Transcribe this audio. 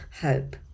hope